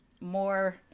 more